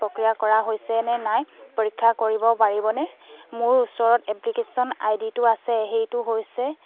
প্ৰক্ৰিয়া কৰা হৈছেনে নাই পৰীক্ষা কৰিব পাৰিবনে মোৰ ওচৰত এপ্লিকেচন আই ডিটো আছে সেইটো হৈছে